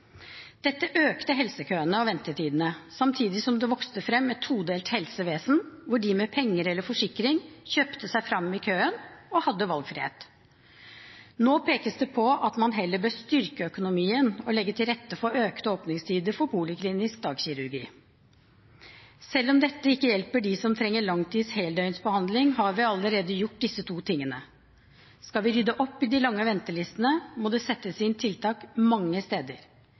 Dette økte helsekøene og ventetidene, samtidig som det vokste fram et todelt helsevesen, hvor de med penger eller forsikring kjøpte seg fram i køen og hadde valgfrihet. Nå pekes det på at man heller bør styrke økonomien og legge til rette for økte åpningstider for poliklinisk dagkirurgi. Selv om dette ikke hjelper dem som trenger langtids heldøgnbehandling, har vi allerede gjort disse to tingene. Skal vi rydde opp i de lange ventelistene, må det settes inn tiltak mange steder.